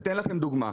אני אתן לכם דוגמה.